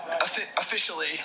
Officially